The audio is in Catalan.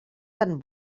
tan